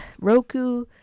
roku